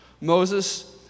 Moses